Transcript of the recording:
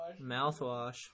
mouthwash